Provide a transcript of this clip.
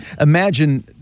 imagine